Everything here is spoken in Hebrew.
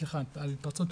סליחה על ההתפרצות.